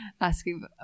Asking